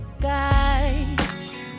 guys